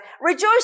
Rejoice